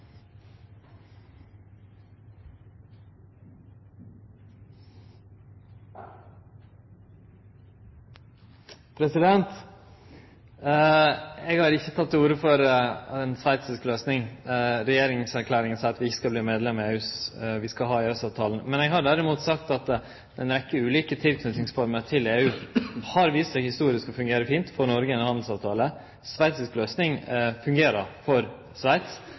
Eg har ikkje teke til orde for ei sveitsisk løysing. Regjeringserklæringa seier at vi ikkje skal verte medlemer av EU, men at vi skal ha EØS-avtalen. Eg har derimot sagt at ei rekkje ulike tilknytingsformer til EU har vist seg historisk å fungere fint for Noreg i ein handelsavtale. Sveits si løysing fungerer for Sveits.